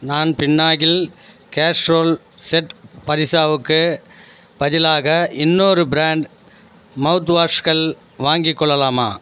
நான் pinnacle casserole set பாரிசாவுக்கு பதிலாக இன்னொரு பிராண்ட் மவுத்வாஷ்கள் வாங்கிக் கொள்ளலாமா